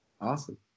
Awesome